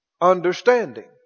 understanding